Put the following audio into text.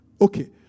Okay